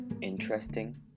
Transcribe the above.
interesting